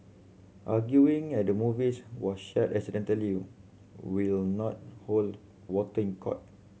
arguing and the movies was shared accidentally will not hold water in court